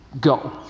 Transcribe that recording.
Go